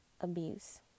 abuse